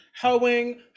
hoeing